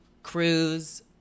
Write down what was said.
cruise